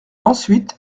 ensuite